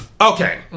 Okay